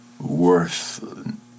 worth